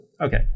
Okay